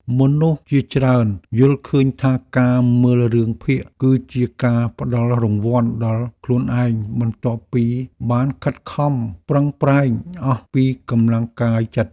មនុស្សជាច្រើនយល់ឃើញថាការមើលរឿងភាគគឺជាការផ្ដល់រង្វាន់ដល់ខ្លួនឯងបន្ទាប់ពីបានខិតខំប្រឹងប្រែងអស់ពីកម្លាំងកាយចិត្ត។